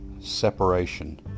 separation